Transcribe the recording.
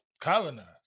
Colonized